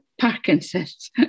Parkinson's